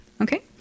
Okay